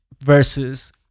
versus